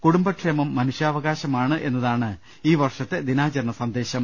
കൂടുംബക്ഷേം മനുഷ്യാവകാശമാണ് എന്നതാണ് ഈ വർഷത്തെ ദിനാചരണസന്ദേശം